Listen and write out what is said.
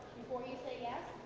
before you say yes.